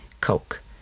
coke